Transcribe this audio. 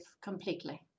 completely